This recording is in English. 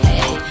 Hey